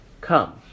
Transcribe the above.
Come